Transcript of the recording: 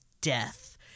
death